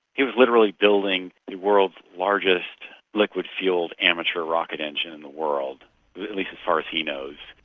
he was literally building the world's largest liquid-fuelled amateur rocket engine in the world, at least as far as he knows.